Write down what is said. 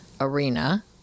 arena